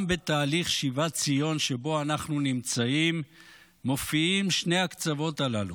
גם בתהליך שיבת ציון שבו אנחנו נמצאים מופיעים שני הקצוות הללו.